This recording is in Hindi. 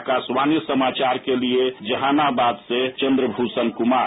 आकारायाणी समायार के लिए जहानाबाद से मंद्रभूष्ण कुमार